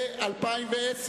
ל-2010: